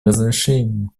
размышления